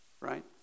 right